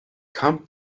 come